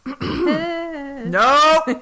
No